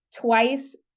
Twice